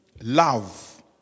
love